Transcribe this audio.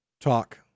talk